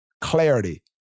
clarity